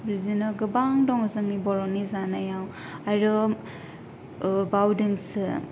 बिदिनो गोबां दङ जोंनि बर'नि जानायाव आरो बावदोंसो